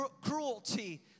cruelty